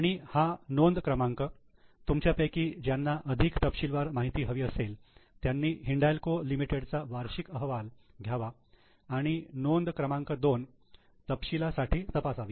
आणि हा नोंद क्रमांक तुमच्यापैकी ज्यांना अधिक तपशीलवार माहिती हवी असेल त्यांनी हिंडाल्को लिमिटेडचा वार्षिक अहवाल घ्यावा आणि नोंद क्रमांक 2 तपशिलासाठी तपासावी